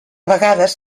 vegades